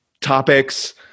topics